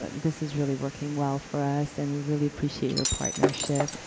ah this is really working well for us, and we really appreciate your partnership.